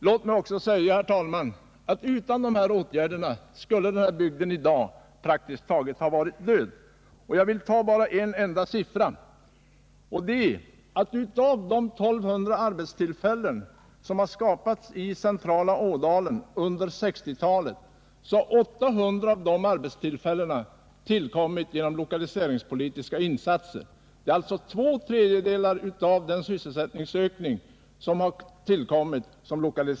Låt mig också, herr talman, säga att utan dessa åtgärder skulle denna bygd i dag ha varit praktiskt taget död. Jag vill belysa detta med några få siffror. Av de 1 200 arbetstillfällen som har skapats i centrala Ådalen under 1960-talet har 800 tillkommit genom lokaliseringspolitiska insatser. Lokaliseringspolitiken har alltså medverkat till två tredjedelar av den sysselsättningsökning som åstadkommits.